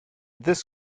this